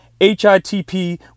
HITP